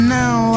now